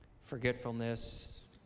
forgetfulness